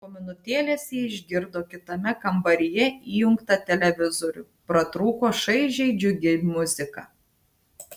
po minutėlės jie išgirdo kitame kambaryje įjungtą televizorių pratrūko šaižiai džiugi muzika